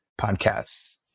podcasts